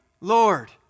Lord